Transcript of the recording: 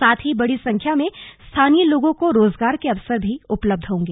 साथ ही बड़ी संख्या में स्थानीय लोगों को रोजगार के अवसर भी उपलब्ध होंगे